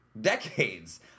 decades